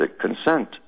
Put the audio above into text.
consent